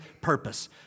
purpose